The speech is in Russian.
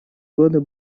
годы